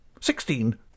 sixteen